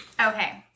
Okay